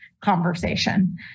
conversation